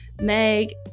Meg